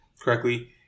correctly